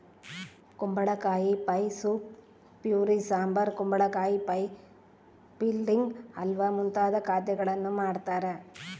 ಕುಂಬಳಕಾಯಿ pie soup puree sambar ಕುಂಬಳಕಾಯಿ pie filling halwa ಮುಂತಾದ ಖಾದ್ಯಗಳನ್ನು ಮಾಡ್ತಾರ